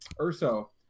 urso